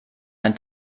ein